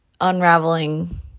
unraveling